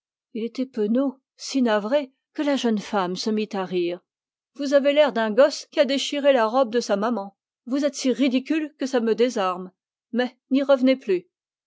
il était si penaud que la jeune femme se mit à rire vous avez l'air d'un gosse qui a déchiré la robe de sa maman et si ridicule que ça me désarme mais n'y revenez plus